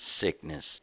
sickness